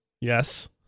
Yes